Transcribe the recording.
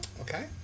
Okay